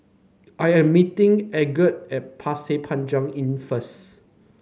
I am meeting Algot at Pasir Panjang Inn first